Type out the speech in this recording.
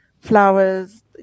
flowers